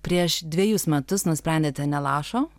prieš dvejus metus nusprendėte nė lašo